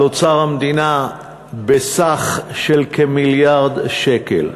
על אוצר המדינה נטל תקציבי בסך של כמיליארד שקל.